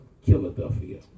Philadelphia